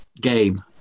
game